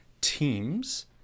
Teams